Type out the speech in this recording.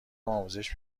آموزش